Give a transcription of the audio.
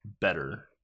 better